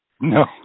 No